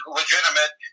legitimate